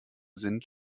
sind